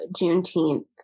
Juneteenth